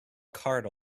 cart